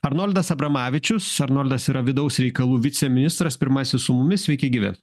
arnoldas abramavičius arnoldas yra vidaus reikalų viceministras pirmasis su mumis sveiki gyvi